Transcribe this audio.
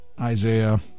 Isaiah